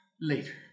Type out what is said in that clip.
Later